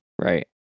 right